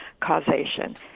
causation